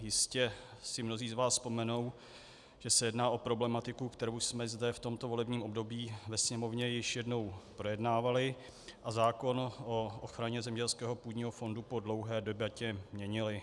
Jistě si mnozí z vás vzpomenou, že se jedná o problematiku, kterou jsme zde v tomto volebním období ve Sněmovně již jednou projednávali, a zákon o ochraně zemědělského půdního fondu po dlouhé debatě měnili.